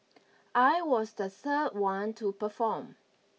I was the third one to perform